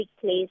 place